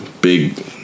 big